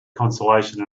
consolation